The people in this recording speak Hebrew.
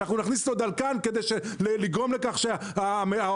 נכניס לו דלקן כדי לגרום לכך שהכנסות